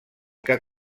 què